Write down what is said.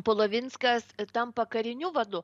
polovinskas tampa kariniu vadu